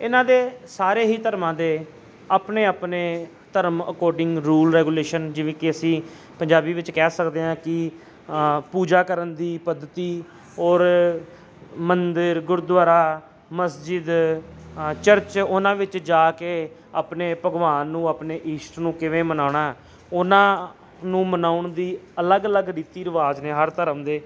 ਇਹਨਾਂ ਦੇ ਸਾਰੇ ਹੀ ਧਰਮਾਂ ਦੇ ਆਪਣੇ ਆਪਣੇ ਧਰਮ ਅਕੋਰਡਿੰਗ ਰੂਲ ਰੈਗੂਲੇਸ਼ਨ ਜਿਵੇਂ ਕਿ ਅਸੀਂ ਪੰਜਾਬੀ ਵਿੱਚ ਕਹਿ ਸਕਦੇ ਹਾਂ ਕਿ ਪੂਜਾ ਕਰਨ ਦੀ ਪੱਦਤੀ ਔਰ ਮੰਦਿਰ ਗੁਰਦੁਆਰਾ ਮਸਜਿਦ ਚਰਚ ਉਹਨਾਂ ਵਿੱਚ ਜਾ ਕੇ ਆਪਣੇ ਭਗਵਾਨ ਨੂੰ ਆਪਣੇ ਈਸਟ ਨੂੰ ਕਿਵੇਂ ਮਨਾਉਣਾ ਉਹਨਾਂ ਨੂੰ ਮਨਾਉਣ ਦੀ ਅਲੱਗ ਅਲੱਗ ਰੀਤੀ ਰਿਵਾਜ਼ ਨੇ ਹਰ ਧਰਮ ਦੇ